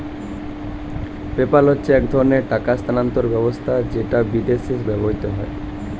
PayPal হচ্ছে এক ধরণের টাকা স্থানান্তর ব্যবস্থা যেটা বিদেশে ব্যবহৃত হয়